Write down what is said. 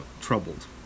troubled